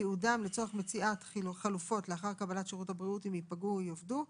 תיעודם לצורך מציאת חלופות לאחר קבלת שירות הבריאות אם ייפגעו או יאבדו,